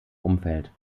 umfeld